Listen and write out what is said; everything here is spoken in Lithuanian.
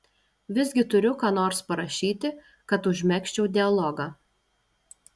visgi turiu ką nors parašyti kad užmegzčiau dialogą